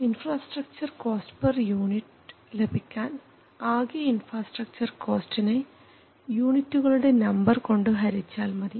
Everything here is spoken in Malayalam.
ഇൻഫ്രാസ്ട്രക്ച്ചർ കോസ്റ്റ് പർ യൂണിറ്റ് ലഭിക്കാൻ ആകെ ഇൻഫ്രാസ്ട്രക്ച്ചർ കോസ്റ്റ്നെ യൂണിറ്റുകളുടെ നമ്പർ കൊണ്ടു ഹരിച്ചാൽ മതി